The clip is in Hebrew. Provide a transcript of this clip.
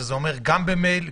שזה אומר גם במייל,